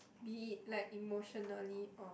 be it like emotionally or